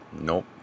nope